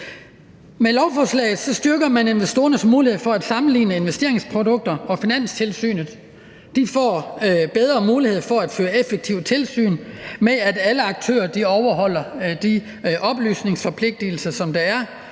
Med lovforslaget styrker man investorernes mulighed for at sammenligne investeringsprodukter, og Finanstilsynet får bedre mulighed for at føre et effektivt tilsyn med, at alle aktører lever op til de oplysningsforpligtelser, som der er